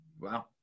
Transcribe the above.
Wow